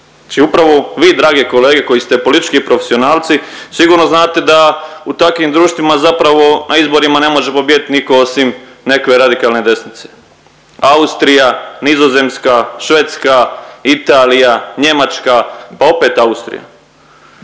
upravo vi drage kolege koji ste politički profesionalci sigurno znate da u takvim društvima zapravo na izborima ne može pobijedit nitko osim nekakve radikalne desnice. Austrija, Nizozemska, Švedska, Italija, Njemačka pa opet Austrija.